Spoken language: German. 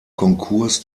konkurs